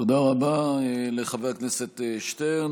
תודה רבה לחבר הכנסת שטרן.